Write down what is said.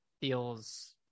feels